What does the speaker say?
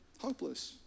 hopeless